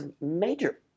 major